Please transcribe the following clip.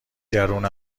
درون